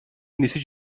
нисэж